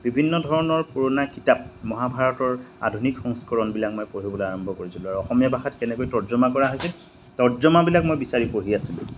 বিভিন্ন ধৰণৰ পুৰণা কিতাপ মহাভাৰতৰ আধুনিক সংস্কৰণবিলাক মই পঢ়িবলৈ আৰম্ভ কৰিছিলোঁ আৰু অসমীয়া ভাষাত কেনেকৈ তৰ্জমা কৰা হৈছে তৰ্জমাবিলাক মই বিচাৰি পঢ়ি আছিলোঁ